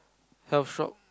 health shop